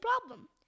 problem